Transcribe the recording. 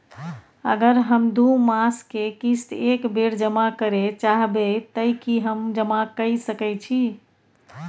अगर हम दू मास के किस्त एक बेर जमा करे चाहबे तय की हम जमा कय सके छि?